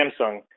Samsung